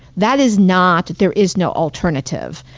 that is not, there is no alternative.